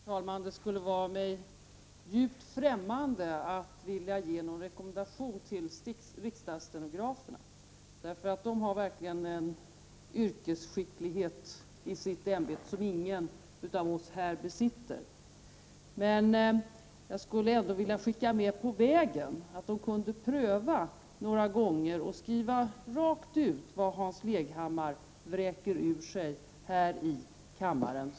Herr talman! Det skulle vara mig djupt främmande att ge en rekommendation till riksdagsstenograferna. De har verkligen en yrkesskicklighet i sitt ämbete som ingen av oss här besitter. Men jag skulle ändå vilja skicka med några ord på vägen om att de kunde pröva några gånger att rakt av skriva ner vad Hans Leghammar vräker ur sig här i kammaren.